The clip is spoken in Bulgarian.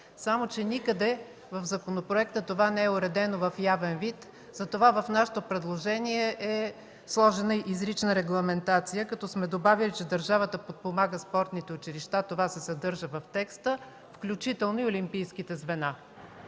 Само че никъде в законопроекта това не е уредено в явен вид, затова в нашето предложение е сложена изрична регламентация, като сме добавили, че държавата подпомага спортните училища – това се съдържа в текста, включително и олимпийските звена.